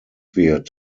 wird